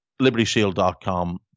LibertyShield.com